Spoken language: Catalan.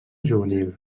juvenil